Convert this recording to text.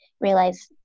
realize